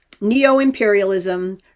Neo-imperialism